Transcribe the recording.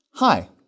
Hi